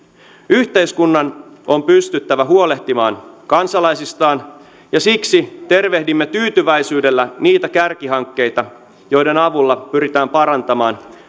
yhteiskunnan on pystyttävä huolehtimaan kansalaisistaan ja siksi tervehdimme tyytyväisyydellä niitä kärkihankkeita joiden avulla pyritään parantamaan